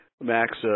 Max